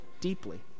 deeply